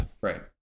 Right